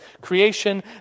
creation